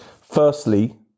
Firstly